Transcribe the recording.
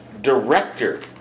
director